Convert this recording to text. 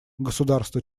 государства